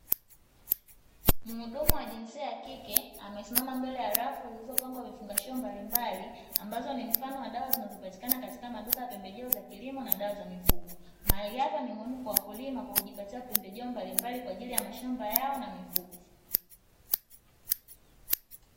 Muhudumu wa jinsia ya kike amesimama mbele ya rafu zilizopangwa vifungashio mbalimbali, ambazo ni mfano wa dawa zinazopatikana katika maduka ya pembejeo za kilimo na dawa za mifugo. Mahali hapa ni muhimu kwa wakulima kwa kujipatia pembejeo mbalimbali kwa ajili ya mashamba yao na mifugo.